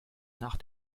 nach